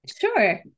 Sure